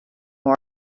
more